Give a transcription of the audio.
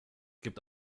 gibt